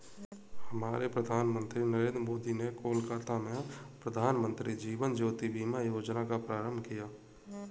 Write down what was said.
हमारे प्रधानमंत्री नरेंद्र मोदी ने कोलकाता में प्रधानमंत्री जीवन ज्योति बीमा योजना का प्रारंभ किया